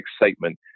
excitement